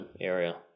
area